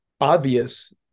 obvious